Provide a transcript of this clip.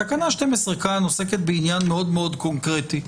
תקנה 12 כאן עוסקת בעניין מאוד קונקרטי.